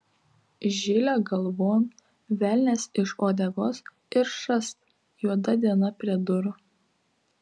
žilė galvon velnias iš uodegos ir šast juoda diena prie durų